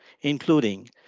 including